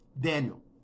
Daniel